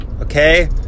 Okay